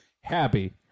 happy